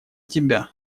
тебя